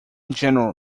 general